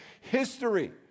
history